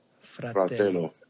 Fratello